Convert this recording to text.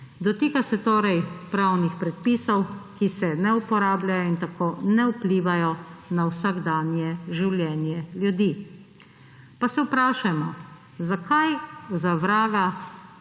Dotika se torej pravnih predpisov, ki se ne uporabljajo in tako ne vplivajo na vsakdanje življenje ljudi. Pa se vprašajmo, za kaj za vraga